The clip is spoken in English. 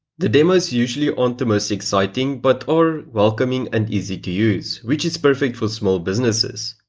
the demos usually aren't the most exciting but are welcoming and easy to use, which is perfect for small businesses.